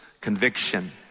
conviction